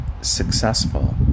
successful